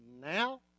now